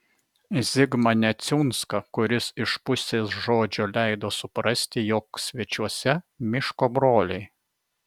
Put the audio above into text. zigmą neciunską kuris iš pusės žodžio leido suprasti jog svečiuose miško broliai